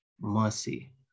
mercy